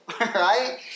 right